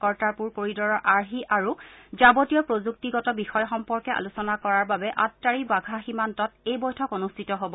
কৰ্টাৰপুৰ কৰিডৰৰ আৰ্হি আৰু যাৱতীয় প্ৰযুক্তিগত বিষয় সম্পৰ্কে আলোচনা কৰাৰ বাবে আটাৰী ৱাঘা সীমান্তত এই বৈঠক অনুষ্ঠিত হব